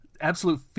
absolute